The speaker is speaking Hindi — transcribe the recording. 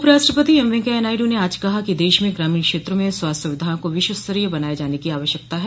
उपराष्ट्रपति वैंकैया नायडू ने आज कहा कि देश में ग्रामीण क्षेत्रों में स्वास्थ्य सुविधाओं को विश्वस्तरीय बनाये जाने की आवश्यकता है